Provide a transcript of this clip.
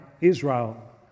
Israel